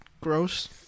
gross